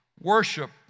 worship